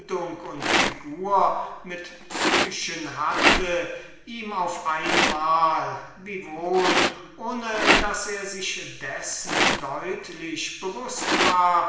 und figur mit psyche hatte ihm auf einmal wiewohl ohne daß er sich dessen deutlich bewußt war